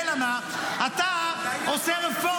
אולי נעסוק בנושאים יותר חשובים?